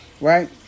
Right